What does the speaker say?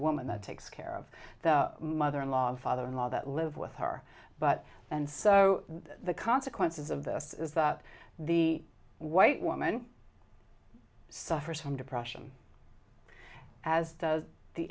woman that takes care of the mother in law a father in law that live with her but and so the consequences of this is that the white woman suffers from depression as does the